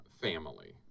family